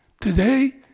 Today